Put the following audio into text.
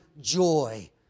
joy